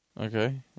Okay